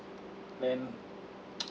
and